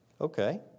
Okay